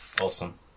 Awesome